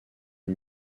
une